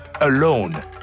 alone